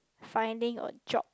finding a job